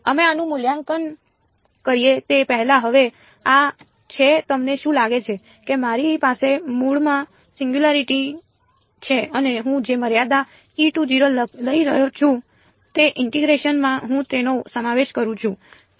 અમે આનું મૂલ્યાંકન કરીએ તે પહેલાં હવે આ છે તમને શું લાગે છે કે મારી પાસે મૂળમાં સિંગયુંલારીટી છે અને હું જે મર્યાદા લઈ રહ્યો છું તે ઇન્ટીગ્રેશન માં હું તેનો સમાવેશ કરું છું